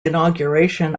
inauguration